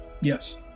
yes